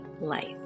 life